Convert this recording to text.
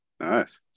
Nice